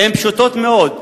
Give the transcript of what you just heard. הן פשוטות מאוד.